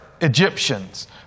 Egyptians